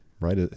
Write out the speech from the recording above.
right